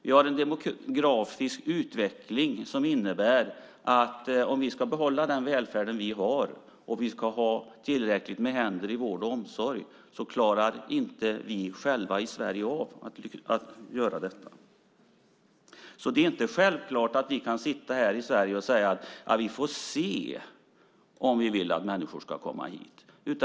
Vi har en demografisk utveckling som innebär att vi inte klarar att behålla vår välfärd, det vill säga att ha tillräckligt många händer i vård och omsorg. Det är inte självklart att vi kan sitta här i Sverige och säga: Vi får se om vi vill att människor ska komma hit.